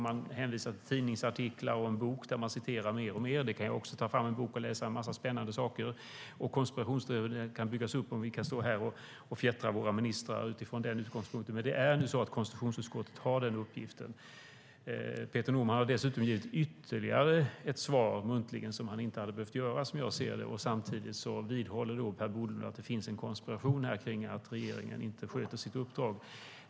Man hänvisar till tidningsartiklar och en bok där man citerar mer och mer - jag kan också ta fram en bok och läsa en massa spännande saker - och konspirationsteorierna kan byggas upp, och vi kan stå här och fjättra våra ministrar utifrån den utgångspunkten. Men det är konstitutionsutskottet som har denna uppgift. Peter Norman har dessutom gett ytterligare ett svar muntligen som han inte hade behövt ge, som jag ser det. Samtidigt vidhåller Per Bolund att det finns en konspiration kring att regeringen inte sköter sitt uppdrag.